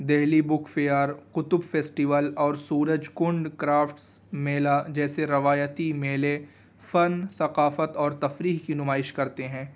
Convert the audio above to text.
دلی book fair Qutub festival اور Suraj Kund crafts میلہ جیسے روایتی میلے فن ثقافت اور تفریح کی نمائش کرتے ہیں